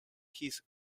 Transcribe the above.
his